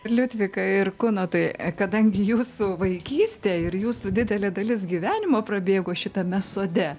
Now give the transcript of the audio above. liudvika ir kunotai kadangi jūsų vaikystė ir jūsų didelė dalis gyvenimo prabėgo šitame sode